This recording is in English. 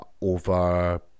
over